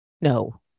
No